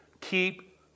keep